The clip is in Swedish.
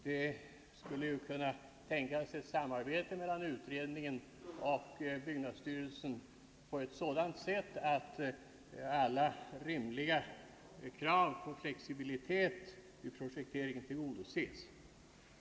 Det skulle ju kunna tänkas ett sådant samarbete mellan utredningen och byggnadsstyrelsen att alla rimliga krav på flexibilitet vid projekteringen tillgodoses.